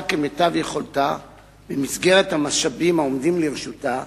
עושה כמיטב יכולתה במסגרת המשאבים העומדים לרשותה,